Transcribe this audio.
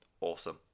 Awesome